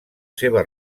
seva